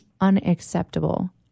unacceptable